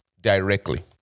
directly